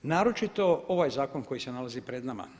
Naročito ovaj zakon koji se nalazi pred nama.